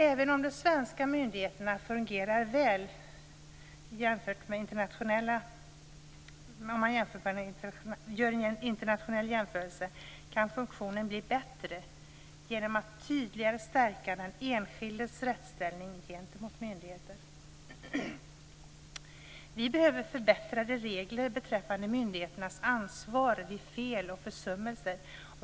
Även om de svenska myndigheterna fungerar väl i internationell jämförelse kan funktionen bli bättre genom att man tydligare stärker den enskildes rättsställning gentemot myndigheter. Vi behöver förbättrade regler beträffande myndigheternas ansvar vid fel och försummelser.